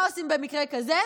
מה עושים במקרה כזה?